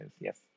Yes